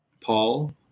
Paul